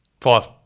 Five